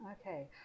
Okay